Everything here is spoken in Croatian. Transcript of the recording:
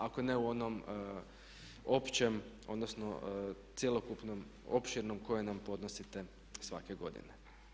Ako ne u onom općem, odnosno cjelokupnom, opširnom koje nam podnosite svake godine.